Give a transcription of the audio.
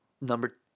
number